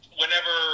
whenever